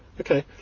okay